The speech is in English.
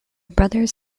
brothers